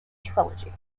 trilogy